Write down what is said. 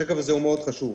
השקף הזה הוא מאוד חשוב.